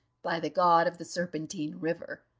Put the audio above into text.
by the god of the serpentine river.